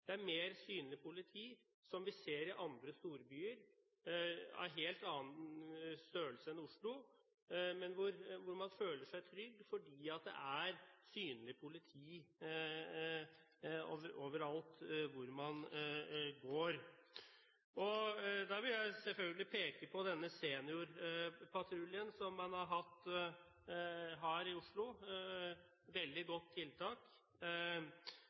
som vi ser i andre storbyer av en helt annen størrelse enn Oslo, men hvor man føler seg trygg fordi det er synlig politi overalt hvor man går. Da vil jeg selvfølgelig peke på Seniorpatruljen i Oslo, som er et veldig godt tiltak, og mobile politiposter, også et veldig godt tiltak,